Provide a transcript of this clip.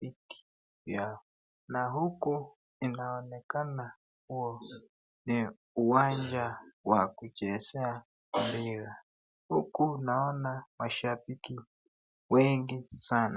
viiti vyao na huku inaonekana kuwa ni uwanja wa kuchezea mpira huku naona mashabiki wengi sana.